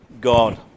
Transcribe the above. God